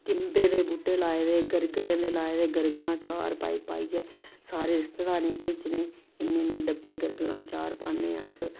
किंबे दे बूह्टे लाए दे गरगलेंं दे लाए दे गरगलां अचार पाई पाइयै सारे रिश्तेदारें गी भेजने इ'न्ने इ'न्ने डब्बे गरगलें दा अचार पान्ने आं अस